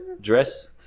dress